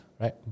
right